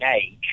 age